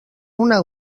una